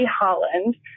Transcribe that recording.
Holland